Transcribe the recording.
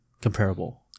comparable